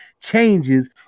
changes